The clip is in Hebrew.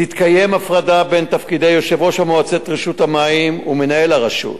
תתקיים הפרדה בין תפקידי יושב-ראש מועצת רשות המים ומנהל הרשות,